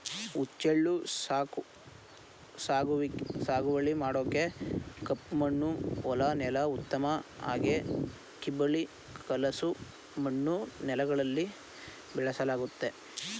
ಹುಚ್ಚೆಳ್ಳು ಸಾಗುವಳಿ ಮಾಡೋಕೆ ಕಪ್ಪಮಣ್ಣು ಹೊಲ ನೆಲ ಉತ್ತಮ ಹಾಗೆ ಕಿಬ್ಬಳಿ ಕಲಸು ಮಣ್ಣು ನೆಲಗಳಲ್ಲಿ ಬೆಳೆಸಲಾಗ್ತದೆ